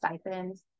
stipends